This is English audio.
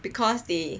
because they